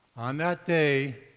on that day,